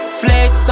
flex